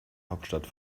hauptstadt